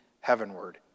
heavenward